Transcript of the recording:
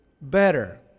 better